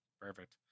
perfect